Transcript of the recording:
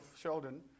Sheldon